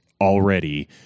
already